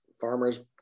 Farmers